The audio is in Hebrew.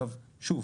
שוב,